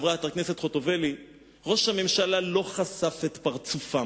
חברת הכנסת חוטובלי: ראש הממשלה לא חשף את פרצופם.